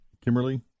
Kimberly